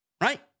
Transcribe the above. right